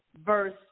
verse